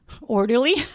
orderly